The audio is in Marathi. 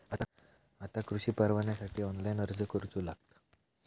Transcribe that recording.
आता कृषीपरवान्यासाठी ऑनलाइन अर्ज करूचो लागता